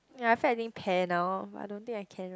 ya I feel like eating pear now but I don't think I can right